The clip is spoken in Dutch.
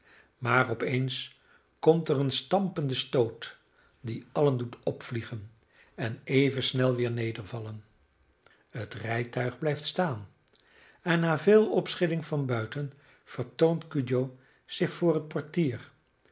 maar op eens komt er een stampende stoot die allen doet opvliegen en even snel weder neervallen het rijtuig blijft staan en na veel opschudding van buiten vertoont cudjoe zich voor het portier